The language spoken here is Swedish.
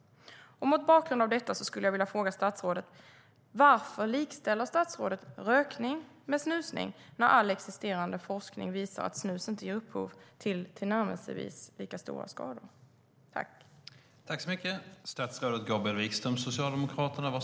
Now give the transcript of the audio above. Mot bakgrund av detta vill jag fråga statsrådet: Varför likställer statsrådet rökning med snusning när all existerande forskning visar att snus inte ger upphov till tillnärmelsevis lika stora skador?